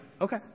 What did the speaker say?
Okay